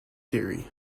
theory